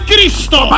Cristo